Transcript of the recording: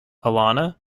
alana